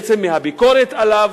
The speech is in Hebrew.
בעצם, מהביקורת עליו.